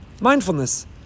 mindfulness